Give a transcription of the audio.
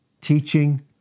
teaching